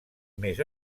més